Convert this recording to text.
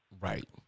Right